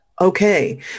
okay